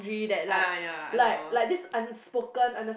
uh ya I don't know